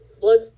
blood